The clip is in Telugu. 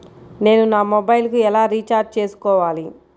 నేను నా మొబైల్కు ఎలా రీఛార్జ్ చేసుకోవాలి?